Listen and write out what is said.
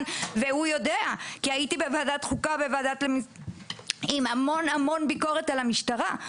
והוא יודע כי הייתי בוועדת חוקה עם המון ביקרות על המשטרה.